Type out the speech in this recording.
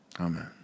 Amen